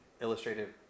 illustrative